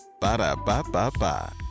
Ba-da-ba-ba-ba